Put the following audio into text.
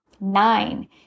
Nine